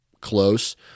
close